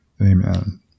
amen